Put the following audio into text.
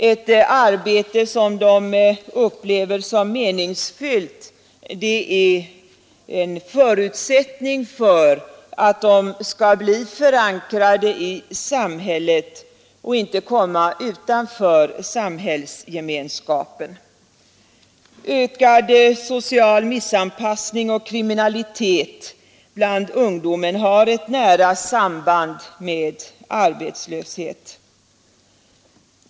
Ett arbete som de upplever som meningsfyllt är en förutsättning för att de skall bli förankrade i samhället och inte komma utanför samhällsgemenskapen. Ökad social missanpassning och kriminalitet bland ungdomar har ett nära samband med arbetslöshet.